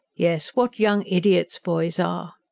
yes. what young idiots boys are!